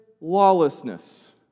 lawlessness